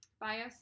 bias